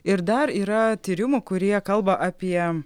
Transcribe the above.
ir dar yra tyrimų kurie kalba apie